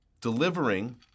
delivering